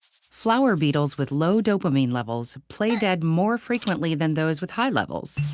flour beetles with low dopamine levels play dead more frequently than those with high levels,